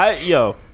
Yo